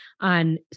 on